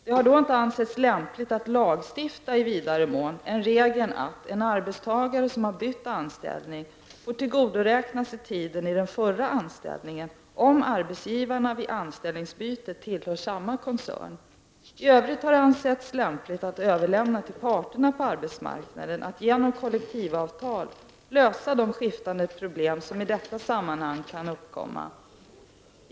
Det har då inte ansetts lämpligt att lagstifta i vidare mån än regeln att en arbetstagare som har bytt anställning får tillgodoräkna sig tiden i den förra anställningen om arbetsgivarna vid anställningsbytet tillhör samma koncern. I övrigt har det ansetts lämpligt att överlämna till parterna på arbetsmarknaden att genom kollektivavtal lösa de skiftande problem som i detta sammanhang kan uppkomma.